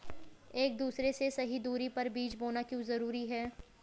एक दूसरे से सही दूरी पर बीज बोना क्यों जरूरी है?